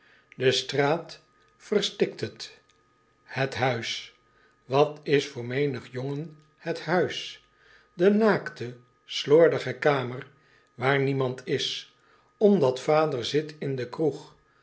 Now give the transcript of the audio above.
de straat verstikt het het huis wat is voor menig jongen het huis de naakte slordige kamer waar niemand is omdat vader zit in de kroeg